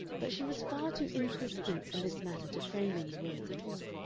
but she was far too indistinct in this matter to frame any words at all.